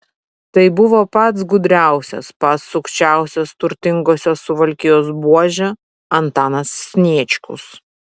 tai buvo pats gudriausias pats sukčiausias turtingosios suvalkijos buožė antanas sniečkus